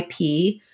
IP